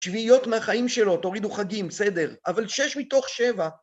שביעיות מהחיים שלו, תורידו חגים, בסדר? אבל שש מתוך שבע.